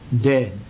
dead